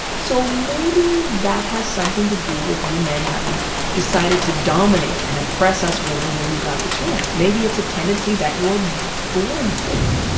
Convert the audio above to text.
so maybe that has something to do with you men having decided to dominate and oppress us women when you got the chance. maybe it's a tendency that you're born with.